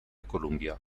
columbia